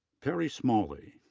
perrie smalley,